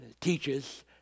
teaches